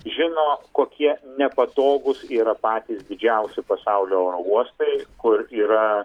žino kokie nepatogūs yra patys didžiausi pasaulio oro uostai kur yra